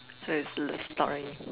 so is less story